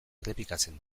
errepikatzen